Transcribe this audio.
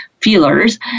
feelers